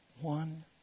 one